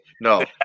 No